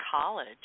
college